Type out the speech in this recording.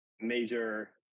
major